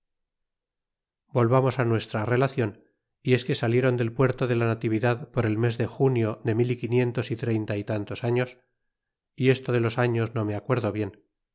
volvamos á nuestra rela t'ion y es que salieron del puerto de la natividad por el mes de junio de mil y quinientos y treinta y tantos años y esto i de los años no me acuerdo bien